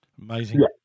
Amazing